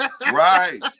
Right